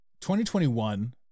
2021